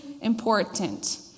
important